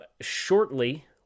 Shortly